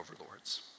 overlords